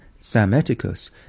Sameticus